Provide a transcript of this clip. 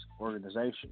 organization